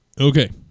Okay